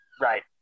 right